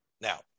Now